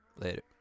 Later